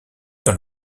dans